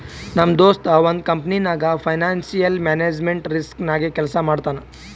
ನಮ್ ದೋಸ್ತ ಒಂದ್ ಕಂಪನಿನಾಗ್ ಫೈನಾನ್ಸಿಯಲ್ ಮ್ಯಾನೇಜ್ಮೆಂಟ್ ರಿಸ್ಕ್ ನಾಗೆ ಕೆಲ್ಸಾ ಮಾಡ್ತಾನ್